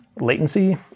latency